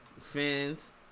fans